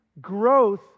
growth